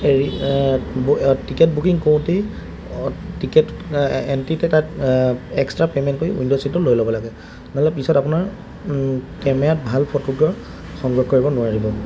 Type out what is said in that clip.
হেৰি ticket booking কৰোঁতেই ticket এণ্ট্ৰিত এটা এক্সট্ৰা পে'মেণ্ট কৰি উইণ্ড' ছিটটো লৈ ল'ব লাগে নহ'লে পিছত আপোনাৰ কেমেৰাত ভাল ফটোগ্ৰাফ সংগ্ৰহ কৰিব নোৱাৰিব